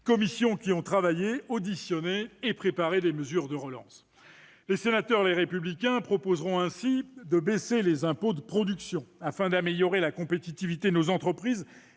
économiques, qui ont travaillé, auditionné, préparé des mesures de relance. Les sénateurs Les Républicains proposeront ainsi de baisser les impôts de production, afin d'améliorer la compétitivité de nos entreprises